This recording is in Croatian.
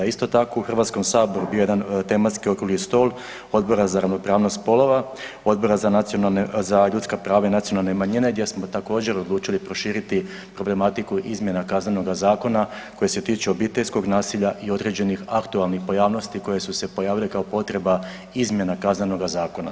Isto tako u HS-u bio je jedan tematski okrugli stol Odbora za ravnopravnost spolova, Odbora za ljudska prava i prava nacionalne manjine gdje smo također odlučili proširiti problematiku izmjena Kaznenoga zakona koji se tiče obiteljskog nasilja i određenih aktualnih pojavnosti koje su se pojavile kao potreba izmjena Kaznenoga zakona.